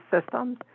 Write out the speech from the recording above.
systems